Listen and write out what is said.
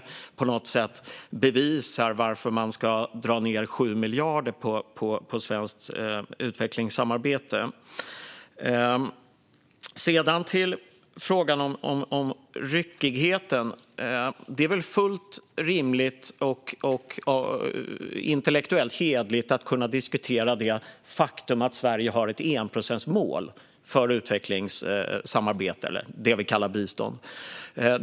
Det är svårt att med detta bevisa varför det är rätt att dra ned med 7 miljarder på svenskt utvecklingssamarbete. Sedan till frågan om ryckigheten. Det är väl fullt rimligt och intellektuellt hederligt att kunna diskutera det faktum att Sverige har ett enprocentsmål för utvecklingssamarbete, det vi kallar bistånd.